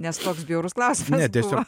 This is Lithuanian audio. nes toks bjaurus klausimas buvo